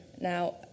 Now